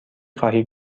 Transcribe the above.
خواهی